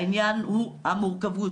העניין הוא המורכבות,